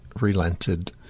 relented